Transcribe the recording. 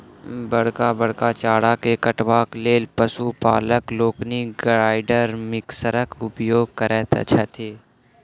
बड़का बड़का चारा के काटबाक लेल पशु पालक लोकनि ग्राइंडर मिक्सरक उपयोग करैत छथि